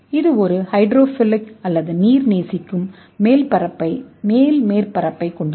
இது ஒரு ஹைட்ரோஃபிலிக் அல்லது நீர் நேசிக்கும் மேல் மேற்பரப்பைக் கொண்டுள்ளது